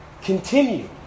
continue